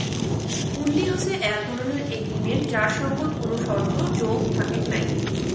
হুন্ডি হসে এক ধরণের এগ্রিমেন্ট যাইর সঙ্গত কোনো শর্ত যোগ থাকেক নাই